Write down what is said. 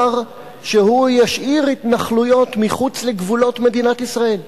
שהוא ישאיר התנחלויות מחוץ לגבולות מדינת ישראל.